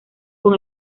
con